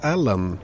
Allen